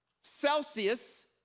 Celsius